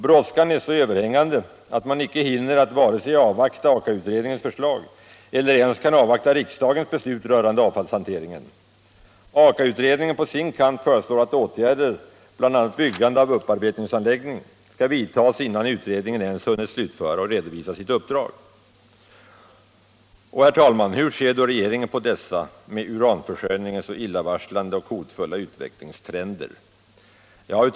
Brådskan är så överhängande att man icke hinner avvakta vare sig AKA-utredningens förslag eller ens riksdagens beslut rörande avfallshanteringen. AKA-utredningen på sin kant föreslår att åtgärder, bl.a. byggande av upparbetningsanläggning, skall vidtas innan utredningen ens hunnit slutföra och redovisa sitt uppdrag. Hur ser då regeringen på dessa med hänsyn till uranförsörjningen så illavarslande och hotfulla utvecklingstrender?